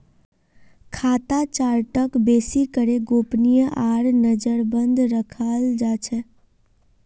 खाता चार्टक बेसि करे गोपनीय आर नजरबन्द रखाल जा छे